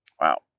Wow